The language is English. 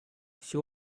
she